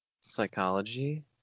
Psychology